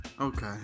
Okay